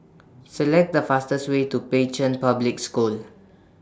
Select The fastest Way to Pei Chun Public School